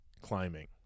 climbing